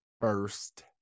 First